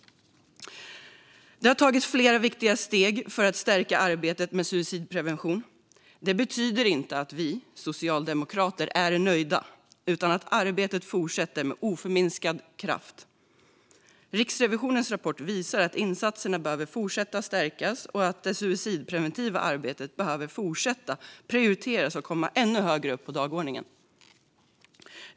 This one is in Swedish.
Det har tagits flera viktiga steg för att stärka arbetet med suicidprevention. Det betyder inte att vi socialdemokrater är nöjda utan att arbetet fortsätter med oförminskad kraft. Riksrevisionens rapport visar att insatserna behöver fortsätta att stärkas och att det suicidpreventiva arbetet behöver fortsätta att prioriteras och komma ännu högre upp på dagordningen.